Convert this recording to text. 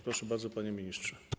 Proszę bardzo, panie ministrze.